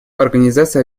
организации